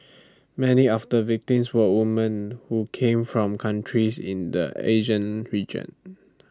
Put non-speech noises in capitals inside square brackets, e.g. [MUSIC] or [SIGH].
[NOISE] many of the victims were women who came from countries in the Asian region